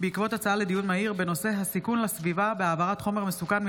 בעקבות דיון מהיר בהצעתם של